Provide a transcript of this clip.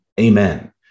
Amen